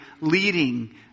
leading